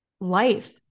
life